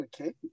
Okay